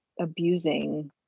abusing